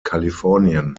kalifornien